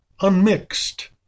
unmixed